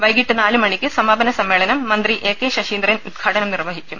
വൈകീട്ട് നാല് മണിക്ക് സമാപന സമ്മേളനം മന്ത്രി എ കെ ശശീന്ദ്രൻ ഉദ്ഘാടനം നിർവഹിക്കും